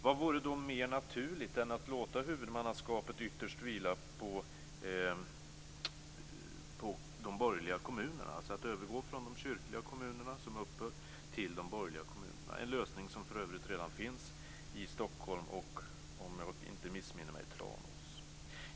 Vad vore då mer naturligt än att låta huvudmannaskapet ytterst vila på de borgerliga kommunerna, alltså att övergå från de kyrkliga kommunerna, som har upphört, till de borgerliga kommunerna - en lösning som för övrigt redan finns i Stockholm och, om jag inte missminner mig, Tranås.